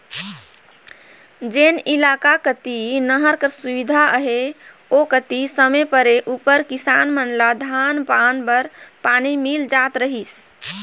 जेन इलाका कती नहर कर सुबिधा अहे ओ कती समे परे उपर किसान मन ल धान पान बर पानी मिल जात रहिस